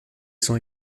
sont